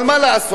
אבל מה לעשות,